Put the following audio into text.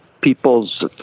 people's